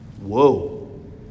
Whoa